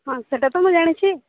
ହଁ ସେଇଟା ତ ମୁଁ ଜାଣିଛି